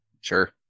Sure